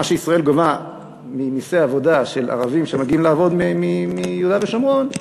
מה שישראל גובה ממסי עבודה של ערבים שמגיעים לעבוד מיהודה ושומרון,